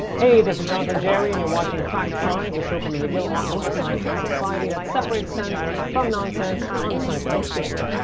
hey, this is jonathan jarry and you're watching cracked science, the show from the mcgill office for science and society that separates sense from nonsense on the scientific stage.